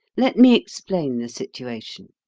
let me explain the situation.